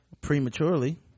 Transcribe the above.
prematurely